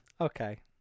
Okay